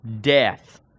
death